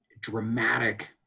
dramatic